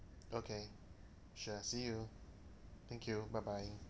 okay sure see you thank you bye bye